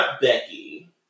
Becky